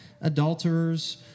adulterers